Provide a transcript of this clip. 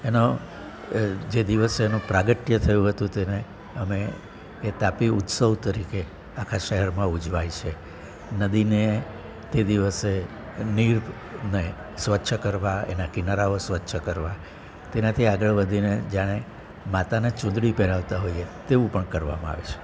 એનો જે દિવસે એનું પ્રાગટ્ય થયું હતું તેને અમે એ તાપી ઉત્સવ તરીકે આખા શહેરમાં ઉજવાય છે નદીને તે દિવસે નીરને સ્વચ્છ કરવા એના કિનારાઓ સ્વચ્છ કરવા તેનાથી આગળ વધીને જાણે માતાને ચૂંદડી પહેરાવતા હોઈએ તેવું પણ કરવામા અવે છે